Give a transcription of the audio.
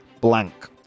blank